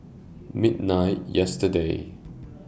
midnight yesterday